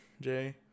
Jay